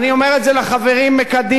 אני אומר את זה לחברים בקדימה,